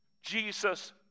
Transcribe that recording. Jesus